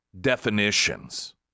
definitions